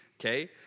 okay